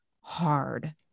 hard